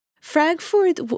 Frankfurt